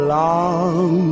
long